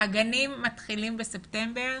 והגנים מתחילים בספטמבר.